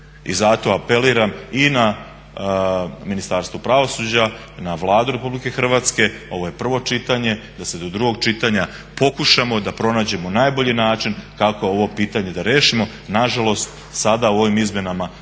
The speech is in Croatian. I zato apeliram i na Ministarstvo pravosuđa i na Vladu Republike Hrvatske, ovo je prvo čitanje da se do drugog čitanja pokušamo da pronađemo najbolji način kako ovo pitanje da riješimo. Nažalost sada u ovim izmjenama to